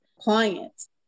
clients